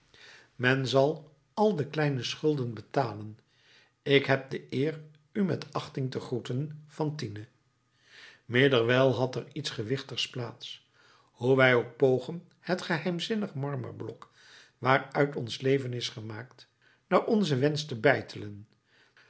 men zal al de kleine schulden betalen ik heb de eer u met achting te groeten fantine middelerwijl had er iets gewichtigs plaats hoe wij ook pogen het geheimzinnig marmerblok waaruit ons leven is gemaakt naar onzen wensch te